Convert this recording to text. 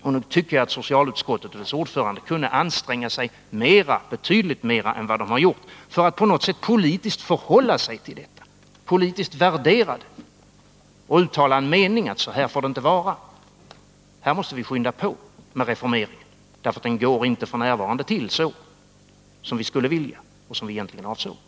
Nog tycker jag att socialutskottet 89 och dess ordförande kunde anstränga sig betydligt mer än vad man gjort för att på något sätt politiskt förhålla sig till detta, politiskt värdera det och uttala som sin mening att så här får det inte vara — här måste vi skynda på med reformeringen, eftersom den f. n. inte sker på det sätt som vi skulle vilja och som vi egentligen hade avsett.